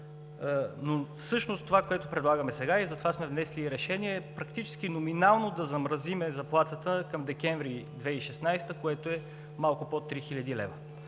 Но всъщност това, което предлагаме сега, затова сме внесли и решение, е практически номинално да замразим заплатата към декември 2016 г., което е малко под 3 хил.